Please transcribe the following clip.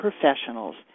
professionals